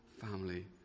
family